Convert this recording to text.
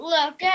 Look